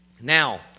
Now